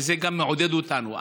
וזה מעודד גם אותנו.